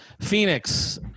Phoenix